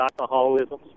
alcoholism